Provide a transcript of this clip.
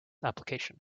application